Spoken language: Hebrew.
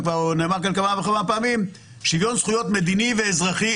זה כבר נאמר כאן כמה וכמה פעמים: שוויון זכויות מדיני ואזרחי,